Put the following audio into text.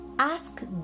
ask